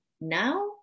now